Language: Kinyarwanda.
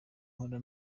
mpora